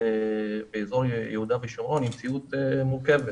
באזור יהודה ושומרון היא מציאות מורכבת.